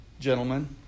gentlemen